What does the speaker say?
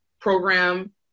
program